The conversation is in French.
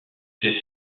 ces